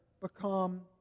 become